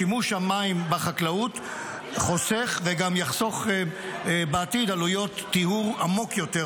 שימוש המים בחקלאות חוסך וגם יחסוך בעתיד עלויות טיהור עמוק יותר,